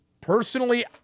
Personally